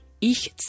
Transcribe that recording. ich